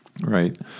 right